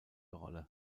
rolle